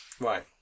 Right